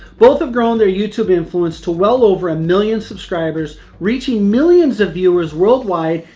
both have grown their youtube influence to well over a million subscribers, reaching millions of viewers worldwide,